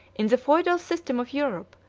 in the feudal system of europe,